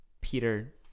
Peter